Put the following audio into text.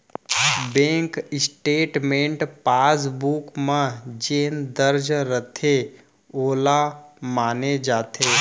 bank statement passbook म जेन दर्ज रथे वोला माने जाथे